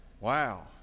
Wow